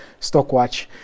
#StockWatch